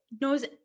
knows